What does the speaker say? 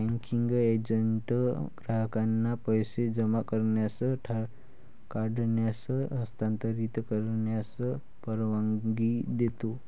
banking agent ग्राहकांना पैसे जमा करण्यास, काढण्यास, हस्तांतरित करण्यास परवानगी देतो